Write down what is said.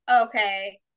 okay